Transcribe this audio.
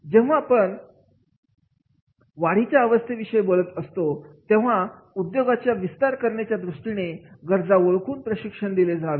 जेव्हा आपण वाढीच्या अवस्थेत विषय बोलत असतो तेव्हा उद्योगाच्या विस्तार करण्याच्या दृष्टीने गरजा ओळखून प्रशिक्षण दिले जावे